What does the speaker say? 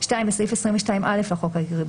בסעיף 22א לחוק העיקרי,